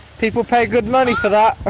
people pay good money for that!